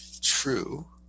true